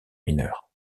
mineur